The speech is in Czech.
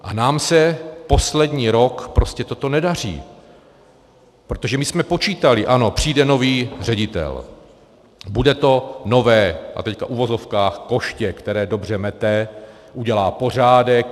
A nám se poslední rok prostě toto nedaří, protože my jsme počítali, ano, přijde nový ředitel, bude to nové, a teď v uvozovkách, koště, které dobře mete, udělá pořádek.